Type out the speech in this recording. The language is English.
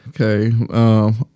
Okay